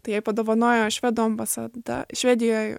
tai jai padovanojo švedų ambasada švedijoj